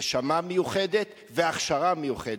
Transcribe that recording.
נשמה מיוחדת והכשרה מיוחדת.